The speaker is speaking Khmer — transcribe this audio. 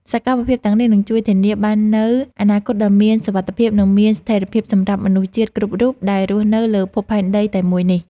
សកម្មភាពទាំងនេះនឹងជួយធានាឱ្យបាននូវអនាគតដ៏មានសុវត្ថិភាព និងមានស្ថិរភាព សម្រាប់មនុស្សជាតិគ្រប់រូបដែលរស់នៅលើភពផែនដីតែមួយនេះ។